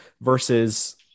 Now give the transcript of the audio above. versus